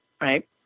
right